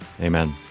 amen